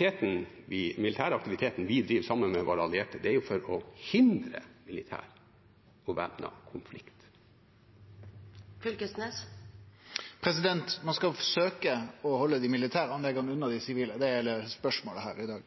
at den militære aktiviteten vi driver sammen med våre allierte, er for å hindre militær og væpnet konflikt. Ein skal søkje å halde dei militære anlegga unna dei sivile – det er heile spørsmålet her i dag.